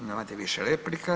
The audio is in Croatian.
I nemate više replika.